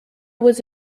was